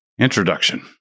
Introduction